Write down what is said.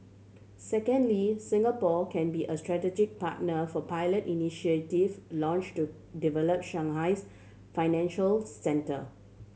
secondly Singapore can be a strategic partner for pilot initiative launched to develop Shanghai's financial centre